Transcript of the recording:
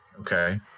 Okay